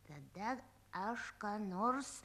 tada aš ką nors